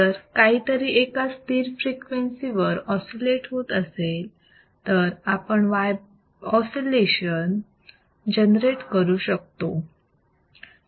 जर काहीतरी एका स्थिर फ्रिक्वेन्सी वर ऑसिलेट होत असेल तर आपण ऑसिलेटर जनरेट करू शकतो